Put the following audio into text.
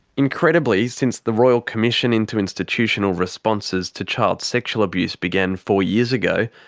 incredibly, since the royal commission into institutional responses to child sexual abuse began four years ago,